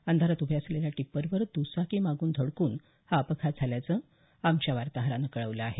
अंधारात उभ्या असलेल्या टिप्परवर द्रचाकी मागून धडकून हा अपघात झाल्याचं आमच्या वार्ताहरानं कळवलं आहे